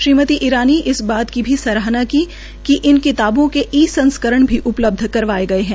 श्रीमती ईरानी ने इस बात को भी सराहना की कि इन किताबों के ई संस्करण भी उपलब्ध करवाए गए है